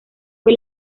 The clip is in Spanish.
fue